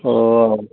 ᱚᱻ